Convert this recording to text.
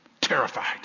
Terrified